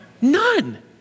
none